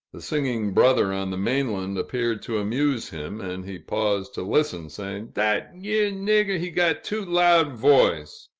the singing brother on the mainland appeared to amuse him, and he paused to listen, saying, dat yere nigger, he got too loud voice!